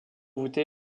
voûté